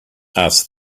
asked